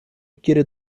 quiere